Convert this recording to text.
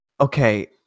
okay